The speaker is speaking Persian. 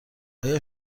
آیا